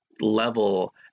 level